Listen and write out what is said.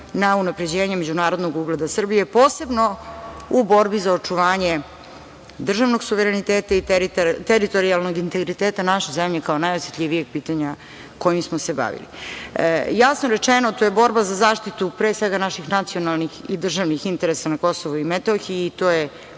na unapređenje međunarodnog ugleda Srbije, posebno u borbi za očuvanje državnog suvereniteta i teritorijalnog integriteta naše zemlje, kao najosetljivijeg pitanja kojim smo se bavili. Jasno rečeno, to je borba za zaštitu pre svega naših nacionalnih i državnih interesa na KiM, to je